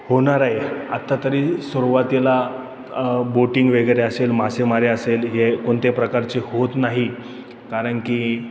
होणार आहे आत्ता तरी सुरुवातीला बोटिंग वगैरे असेल मासेमारी असेल हे कोणत्या प्रकारचे होत नाही कारण की